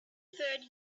third